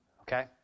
Okay